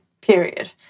period